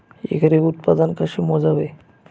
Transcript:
एकरी उत्पादन कसे मोजावे?